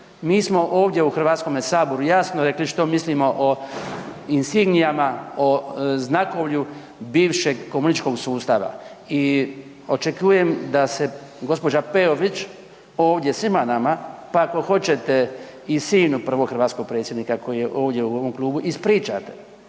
Mi smo ovdje u HS jasno rekli što mislimo o insignijama, o znakovlju bivšeg komunističkog sustava i očekujem da se gđa. Peović ovdje svima nama, pa ako hoćete i sinu prvog hrvatskog predsjednika koji je ovdje u ovom klubu, ispričate.